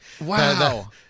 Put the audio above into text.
Wow